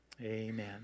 Amen